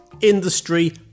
industry